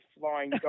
Flying